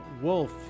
Wolf